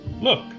look